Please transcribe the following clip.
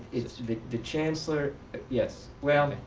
the chancellor yes. well,